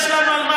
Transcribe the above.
זה לא בתקנון.